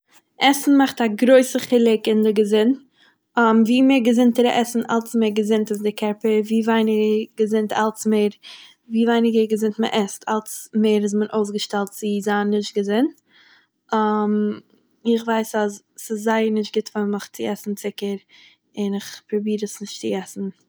עסן מאכט א גרויסע חילוק אין דער געזונט, ווי מער געזונטערער עסן אלץ מער געזונט איז די קערפער, ווי ווייניגער געזונט אלץ מער ווי ווייניגער געזונט מ'עסט אלץ מער איז מען אויסגעשטעלט צו זיין נישט געזונט, איך ווייס אז ס'איז זייער נישט גוט פאר מיך צו עסן צוקער און איך פראביר עס נישט צו עסן.